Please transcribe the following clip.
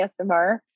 asmr